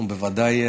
אנחנו בוודאי,